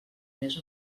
més